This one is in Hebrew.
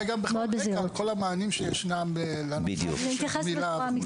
אולי גם בכלל רקע על כל המענים שישנם לנושא של גמילה.